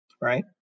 right